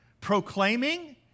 proclaiming